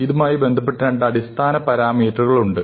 ഇതുമായി ബന്ധപ്പെട്ട രണ്ട് അടിസ്ഥാന പാരാമീറ്ററുകൾ ഉണ്ട്